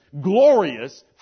glorious